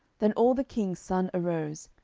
then all the king's sons arose,